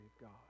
God